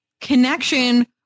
connection